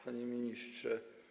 Panie Ministrze!